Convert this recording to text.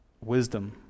wisdom